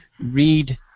read